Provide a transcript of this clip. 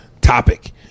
topic